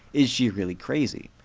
is she really crazy?